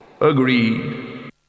Agreed